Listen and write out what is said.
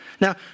Now